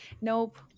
Nope